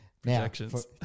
Projections